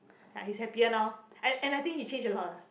ya he's happier now an~ and I think he changed a lot lah